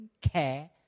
care